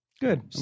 Good